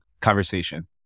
conversation